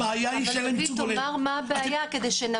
הבעיה היא שאין ייצוג הולם.